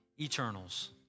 eternals